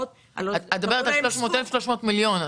--- את מדברת על 300,000 או 300 מיליון?